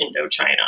Indochina